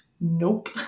Nope